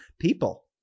people